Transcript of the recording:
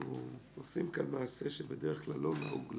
אנחנו עושים כאן מעשה שבדרך כלל לא נהוג לעשות,